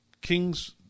kings